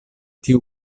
tiu